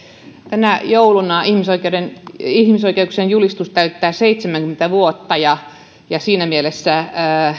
tänä jouluna ihmisoikeuksien julistus täyttää seitsemänkymmentä vuotta ja ja siinä mielessä